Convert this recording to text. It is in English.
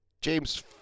James